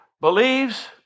believes